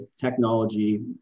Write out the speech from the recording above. technology